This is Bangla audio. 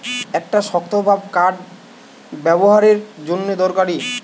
একটা শক্তভাব কাঠ ব্যাবোহারের জন্যে দরকারি